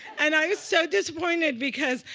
and i was so disappointed because,